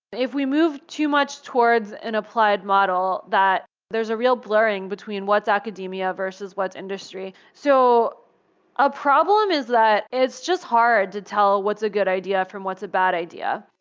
if we move too much towards an applied model that there's a real blurring between what's academia, versus what's industry. so a problem is that it's just hard to tell what's a good idea from what's a bad idea,